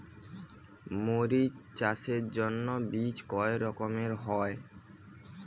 মরিচ চাষের জন্য বীজ কয় রকমের হয়?